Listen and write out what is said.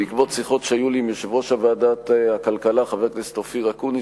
בעקבות שיחות שהיו לי עם יושב-ראש ועדת הכלכלה אופיר אקוניס,